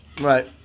Right